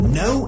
no